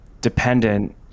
dependent